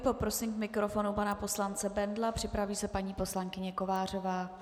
Poprosím k mikrofonu pana poslance Bendla, připraví se paní poslankyně Kovářová.